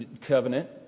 covenant